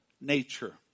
nature